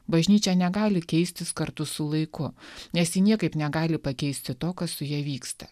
bažnyčia negali keistis kartu su laiku nes ji niekaip negali pakeisti to kas su ja vyksta